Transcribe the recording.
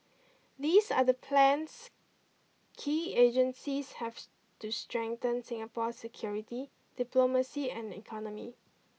these are the plans key agencies have to strengthen Singapore's security diplomacy and economy